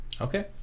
Okay